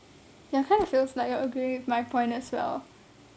ya kind of feels like you're agreeing with my point as well